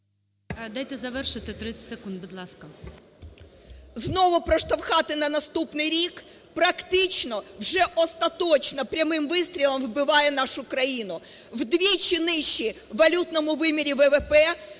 Дайте завершити 30 секунд, будь ласка.